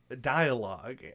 dialogue